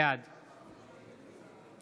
בעד